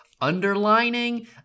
underlining